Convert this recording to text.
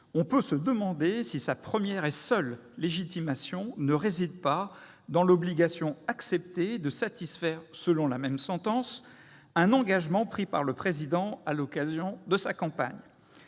on peut se demander si sa première et seule légitimation ne réside pas dans l'obligation acceptée de satisfaire, selon la même sentence, un engagement pris par le Président de la République à l'occasion de sa campagne.